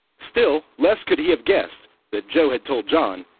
still less could he have guessed that joe had told john,